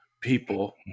people